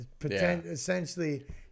essentially